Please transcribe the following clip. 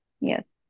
Yes